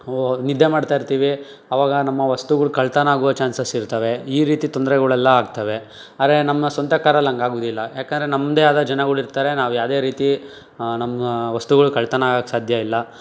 ನಿದ್ದೆ ಮಾಡ್ತಾ ಇರ್ತೀವಿ ಆವಾಗ ನಮ್ಮ ವಸ್ತುಗಳು ಕಳ್ಳತನ ಆಗುವ ಚಾನ್ಸಸ್ ಇರ್ತವೆ ಈ ರೀತಿ ತೊಂದರೆಗಳೆಲ್ಲ ಆಗ್ತವೆ ಆದರೆ ನಮ್ಮ ಸ್ವಂತ ಕಾರಲ್ಲಿ ಹಾಗೆ ಆಗುವುದಿಲ್ಲ ಯಾಕೆಂದರೆ ನಮ್ಮದೇ ಆದ ಜನಗಳಿರ್ತಾರೆ ನಾವು ಯಾವುದೇ ರೀತಿ ನಮ್ಮ ವಸ್ತುಗಳು ಕಳ್ಳತನ ಆಗಕ್ಕೆ ಸಾಧ್ಯ ಇಲ್ಲ